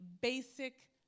basic